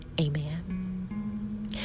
amen